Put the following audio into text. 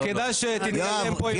אז כדאי שתתקדם פה עם --- יואב,